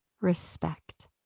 respect